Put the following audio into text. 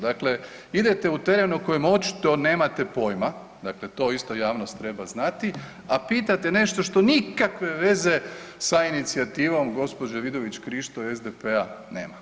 Dakle, idete u teren o kojem očito nemate pojma, dakle to isto javnost treba znati, a pitate nešto što nikakve veze sa inicijativom gđe. Vidović Krišto i SDP-a nema.